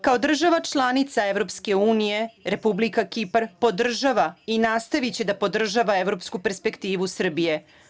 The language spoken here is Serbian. Kao država članica Evropske unije, Republika Kipar podržava i nastaviće da podržava evropsku perspektivu Srbije.